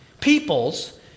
Peoples